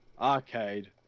arcade